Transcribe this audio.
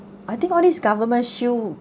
I think all these government should